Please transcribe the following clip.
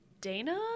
dana